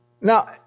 Now